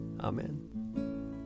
Amen